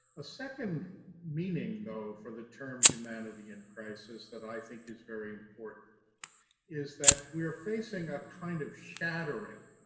a second meaning though for the term humanity in crisis that i think is very important is that we're facing a kind of shattering